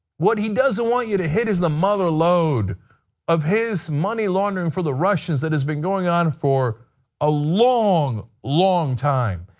what he doesn't want you to hit is the mueller load of his money-laundering for the russians that has been going on for a long long time.